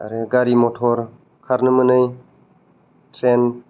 आरो गारि मथर खारनो मोनै ट्रेन